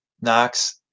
Knox